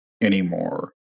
anymore